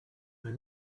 they